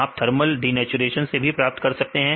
आप thermal denaturation से भी प्राप्त कर सकते हैं